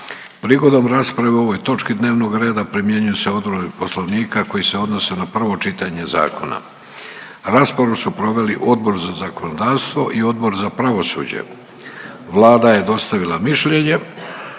Prigodom rasprave o ovoj točki dnevnog reda primjenjuju se odredbe poslovnika koje se odnose na prvo čitanje zakona. Raspravu su proveli Odbor za zakonodavstvo i Odbor za pravosuđe. Vlada je dostavila mišljenje.